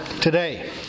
today